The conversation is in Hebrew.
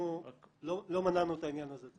אנחנו לא מנענו את העניין הזה.